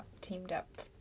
teamed-up